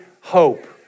hope